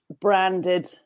branded